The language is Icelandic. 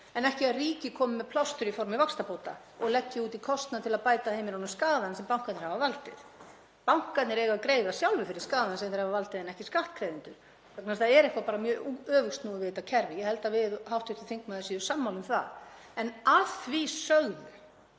en ekki að ríkið komi með plástur í formi vaxtabóta og leggi út í kostnað til að bæta heimilunum skaðann sem bankarnir hafa valdið. Bankarnir eiga að greiða sjálfir fyrir skaðann sem þeir hafa valdið en ekki skattgreiðendur vegna þess að það er bara eitthvað mjög öfugsnúið við þetta kerfi. Ég held að við hv. þingmaður séu sammála um það. En að því sögðu